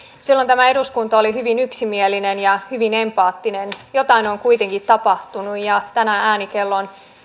silloin tämä eduskunta oli hyvin yksimielinen ja hyvin empaattinen jotain on kuitenkin tapahtunut ja tänään ääni kellossa on